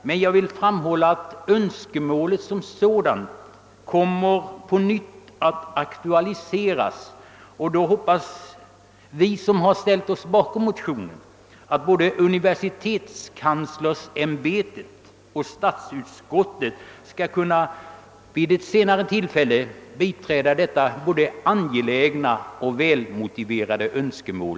Jag vill emellertid framhålla att önskemålet som sådant på nytt kommer att aktualiseras, och då hoppas vi som ställt oss bakom motionerna att både universitetskanslersämbetet och statsutskottet skall kunna biträda detta både angelägna och välmotiverade önskemål.